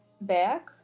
back